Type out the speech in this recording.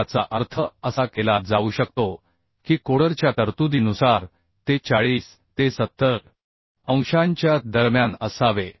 याचा अर्थ असा केला जाऊ शकतो की कोडरच्या तरतुदीनुसार ते 40 ते 70 अंशांच्या दरम्यान असावे